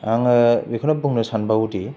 आङो बेखौनो बुंनो सानबावो दि